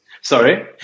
Sorry